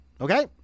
Okay